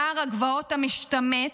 נער הגבעות המשתמט,